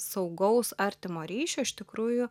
saugaus artimo ryšio iš tikrųjų